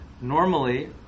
Normally